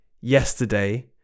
yesterday